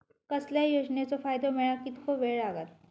कसल्याय योजनेचो फायदो मेळाक कितको वेळ लागत?